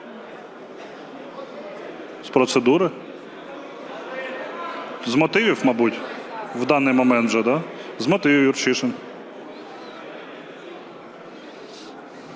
З процедури? З мотивів, мабуть, у даний момент вже, да? З мотивів – Юрчишин.